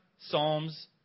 Psalms